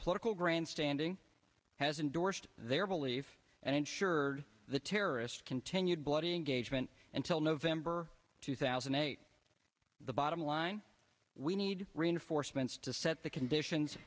political grandstanding has endorsed their belief and ensured the terrorists continued bloody engagement and till november two thousand and eight the bottom line we need reinforcements to set the conditions